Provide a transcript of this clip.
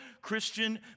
Christian